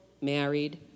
married